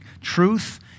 truth